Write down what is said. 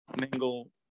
mingle